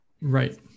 Right